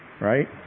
right